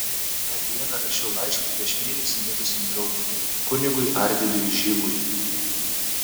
tą dieną rašiau laišką prieš mėnesį mirusiam draugui kunigui arvydui žygui